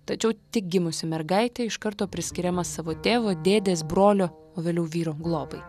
tačiau tik gimusi mergaitė iš karto priskiriama savo tėvo dėdės brolio o vėliau vyro globai